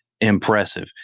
impressive